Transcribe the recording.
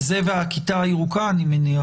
זה והכיתה הירוקה, אני מניח.